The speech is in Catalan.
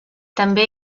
també